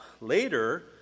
later